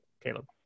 Caleb